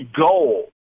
goal